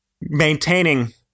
maintaining